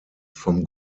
vom